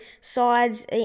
sides